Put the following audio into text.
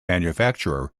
manufacturer